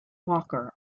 walker